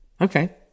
Okay